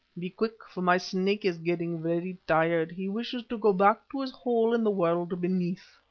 be quick, for my snake is getting very tired. he wishes to go back to his hole in the world beneath.